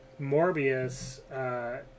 Morbius